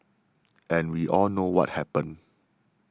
and we all know what happened